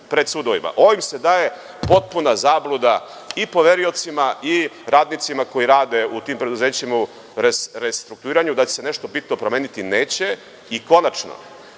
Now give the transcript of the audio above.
se daje potpuna zabluda i poveriocima i radnicima koji rade u tim preduzećima u restrukturiranju da će se nešto bitno promeniti, a neće. Konačno,